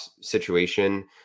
situation